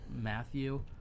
matthew